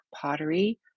pottery